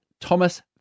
Thomas